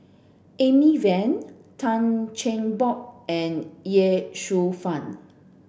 Amy Van Tan Cheng Bock and Ye Shufang